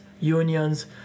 unions